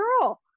girl